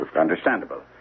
Understandable